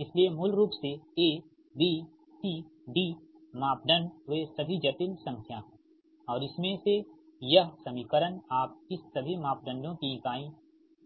इसलिए मूल रूप सेA B C D पैरामीटर वे सभी जटिल संख्या हैं और इसमें से यह समीकरण आप इस सभी मापदंडों की इकाई